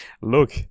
look